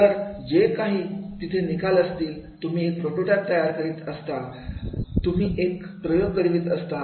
तर जे काही तिथे निकाल असतील तुम्ही एक प्रोटोटाइप तयार करीत असता तुम्ही एक प्रयोग घडवीत असतात